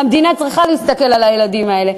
והמדינה צריכה להסתכל על הילדים האלה,